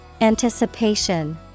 Anticipation